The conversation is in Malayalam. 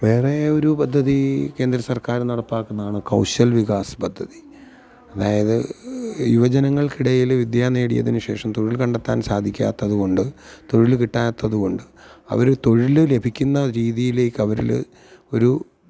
വേറെ ഒരു പദ്ധതി കേന്ദ്ര സര്ക്കാർ നടപ്പാക്കുന്നതാണ് കൗശല് വികാസ് പദ്ധതി അതായത് യുവജനങ്ങള്ക്ക് ഇടയിൽ വിദ്യ നേടിയതിന് ശേഷം തൊഴില് കണ്ടെത്താന് സാധിക്കാത്തത് കൊണ്ട് തൊഴിൽ കിട്ടാത്തത് കൊണ്ട് അവർ തൊഴിൽ ലഭിക്കുന്ന രീതിയിലേക്ക് അവരിൽ ഒരു